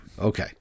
Okay